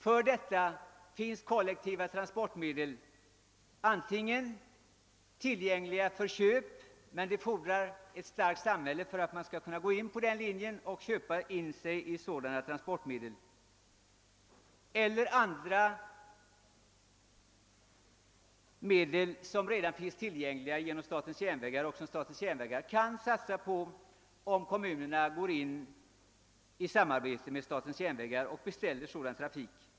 För detta finns kollektiva transportmedel antingen tillgängliga för köp — men det fordrar ett starkt samhälle för att man skall kunna gå in på den linjen och köpa in sig i sådana transporimedel — eller andra medel som redan finns tillgängliga genom statens järnvägar och som statens järnvägar kan satsa på, om kommunerna går in i samarbete med statens järnvägar och beställer sådan trafik.